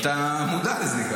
אתה גם מודע לזה.